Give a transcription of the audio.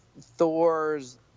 Thor's